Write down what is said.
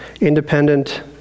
Independent